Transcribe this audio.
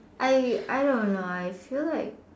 I I don't know I feel like